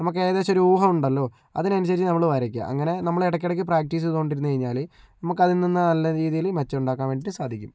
നമ്മൾക്ക് ഏകദേശം ഒരു ഊഹം ഉണ്ടല്ലോ അതിനനുസരിച്ച് നമ്മൾ വരയ്ക്കുക അങ്ങനെ നമ്മളെ ഇടക്കിടയ്ക്ക് പ്രാക്ടീസ് ചെയ്തുകൊണ്ടിരുന്ന് കഴിഞ്ഞാൽ നമുക്ക് അതിൽ നിന്ന് നല്ല രീതിയിൽ മെച്ചം ഉണ്ടാക്കാൻ വേണ്ടിയിട്ട് സാധിക്കും